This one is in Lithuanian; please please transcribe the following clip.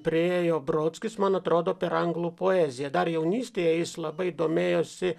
priėjo brodskis man atrodo per anglų poeziją dar jaunystėje jis labai domėjosi